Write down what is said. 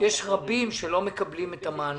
יש רבים שלא מקבלים את המענק.